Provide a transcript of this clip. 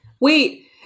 Wait